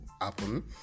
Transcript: Happen